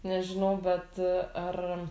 nežinau bet ar